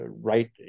right